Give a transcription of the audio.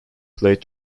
played